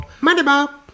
Moneyball